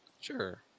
Sure